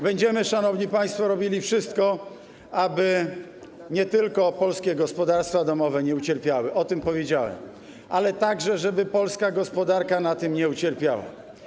Będziemy, szanowni państwo, robili wszystko, aby nie tylko polskie gospodarstwa domowe nie ucierpiały, o tym powiedziałem, ale także żeby polska gospodarka na tym nie ucierpiała.